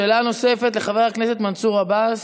שאלה נוספת, לחבר הכנסת מנסור עבאס.